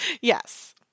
Yes